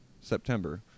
september